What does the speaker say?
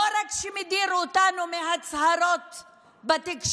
לא רק שהם הדירו אותנו מהצהרות בתקשורת,